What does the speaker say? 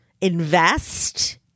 invest